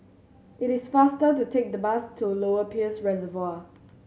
it is faster to take the bus to Lower Peirce Reservoir